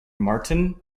martin